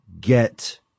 get